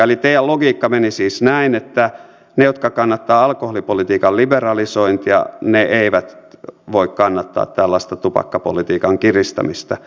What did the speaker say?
eli teidän logiikkanne meni siis näin että ne jotka kannattavat alkoholipolitiikan liberalisointia eivät voi kannattaa tällaista tupakkapolitiikan kiristämistä